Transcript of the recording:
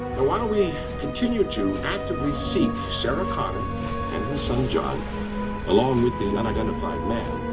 we continue to actively seek sarah connor, and her son john along with the unidentified man.